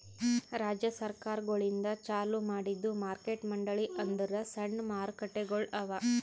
ರಾಜ್ಯ ಸರ್ಕಾರಗೊಳಿಂದ್ ಚಾಲೂ ಮಾಡಿದ್ದು ಮಾರ್ಕೆಟ್ ಮಂಡಳಿ ಅಂದುರ್ ಸಣ್ಣ ಮಾರುಕಟ್ಟೆಗೊಳ್ ಅವಾ